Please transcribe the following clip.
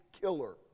killer